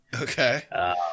Okay